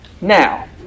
now